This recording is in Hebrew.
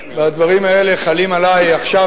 והדברים האלה חלים עלי עכשיו,